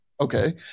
okay